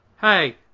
Hey